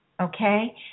okay